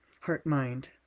heart-mind